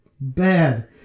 bad